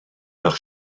nach